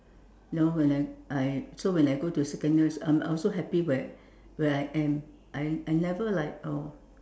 you know when I I so when I go to secondary um I also happy where where I am I I never like oh